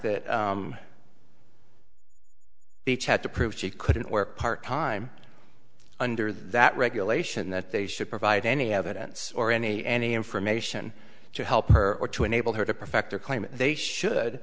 that each had to prove she couldn't work part time under that regulation that they should provide any evidence or any any information to help her or to enable her to perfect their claim they should